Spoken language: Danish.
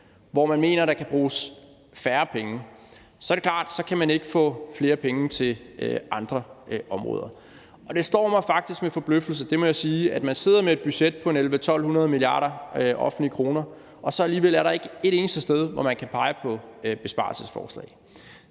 hvor man mener der kan bruges færre penge, er det klart, at så kan man ikke få flere penge til andre områder. Det slår mig faktisk med forbløffelse, det må jeg sige, at man sidder med et budget på 1.100-1.200 mia. kr., offentlige kroner, og der så alligevel ikke er et eneste sted, hvor man kan pege på besparelsesforslag.